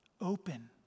open